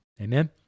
Amen